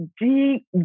deep